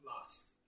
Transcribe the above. last